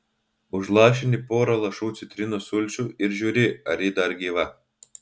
užlašini porą lašų citrinos sulčių ir žiūri ar ji dar gyva